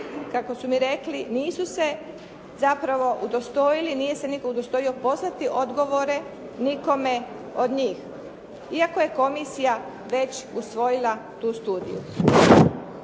kako su mi rekli nisu se zapravo udostoji, nije se nitko udostojio poslati odgovore nikome od njih iako je komisija već usvojila tu studiju.